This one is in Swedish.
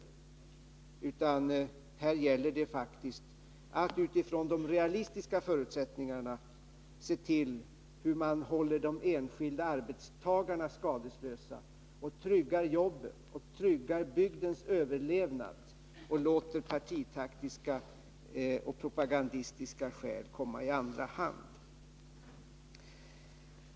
Här gäller det i stället att utgå från de realistiska förutsättningarna, se till att man kan hålla de enskilda arbetstagarna skadeslösa och trygga jobben och bygdens överlevnad men låta partitaktiska och propagandistiska skäl komma i andra hand.